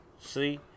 See